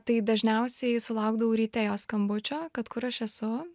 tai dažniausiai sulaukdavau ryte jo skambučio kad kur aš esu